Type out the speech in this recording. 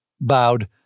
bowed